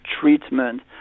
treatment